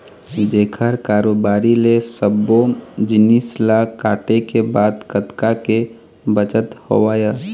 जेखर कारोबारी ले सब्बो जिनिस ल काटे के बाद कतका के बचत हवय